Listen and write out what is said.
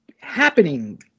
happening